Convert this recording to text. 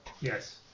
Yes